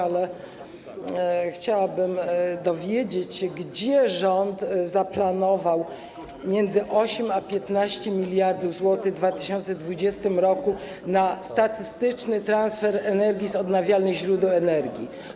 Ale chciałabym dowiedzieć się, gdzie rząd zaplanował między 8 a 15 mld w 2020 r. na statystyczny transfer energii z odnawialnych źródeł energii.